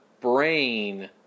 brain